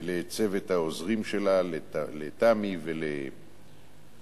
וצוות העוזרים שלה, תמי וחופית,